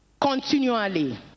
Continually